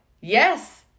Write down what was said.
Yes